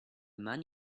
man